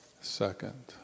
second